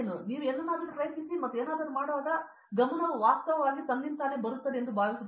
ಆದ್ದರಿಂದ ನೀವು ಏನನ್ನಾದರೂ ಪ್ರಯತ್ನಿಸಿ ಮತ್ತು ಏನಾದರೂ ಮಾಡುವಾಗ ಗಮನವು ವಾಸ್ತವವಾಗಿ ಬರುತ್ತದೆ ಎಂದು ನಾನು ಭಾವಿಸುತ್ತೇನೆ